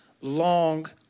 long